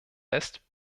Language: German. best